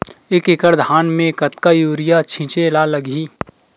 एक एकड़ धान में कतका यूरिया छिंचे ला लगही?